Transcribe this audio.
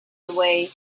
away